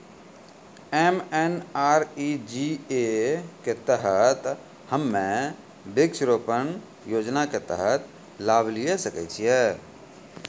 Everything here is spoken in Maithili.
एम.एन.आर.ई.जी.ए के तहत हम्मय वृक्ष रोपण योजना के तहत लाभ लिये सकय छियै?